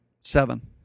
Seven